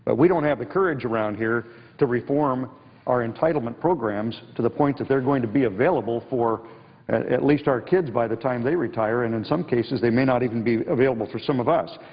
but we don't have the courage around here to reform our entitlement programs to the point that they're going to be available for at least our kids by the time they retire, and in some cases they may not even be available for some of us.